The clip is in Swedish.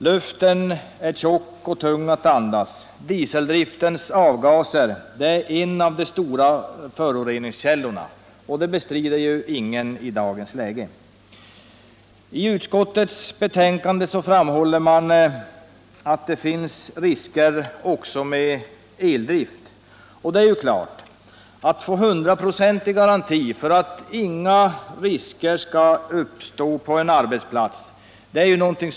Luften är tjock och tung att andas, och att avgaserna från dieseldriften är en av de stora föroreningskällorna bestrider ingen i dagens läge. I utskottets betänkande framhåller man att det finns risker också med eldrift. Ja, vi vet alla att det är omöjligt att få en hundraprocentig garanti för att inga risker skall uppstå på en arbetsplats.